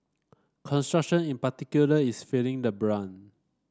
construction in particular is feeling the brunt